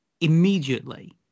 immediately